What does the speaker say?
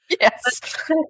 Yes